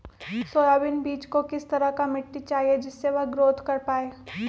Soybean बीज को किस तरह का मिट्टी चाहिए जिससे वह ग्रोथ कर पाए?